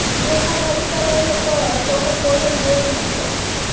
धोखाधड़ी करय मे त तोहर कोनो जोर नहि छौ